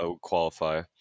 qualify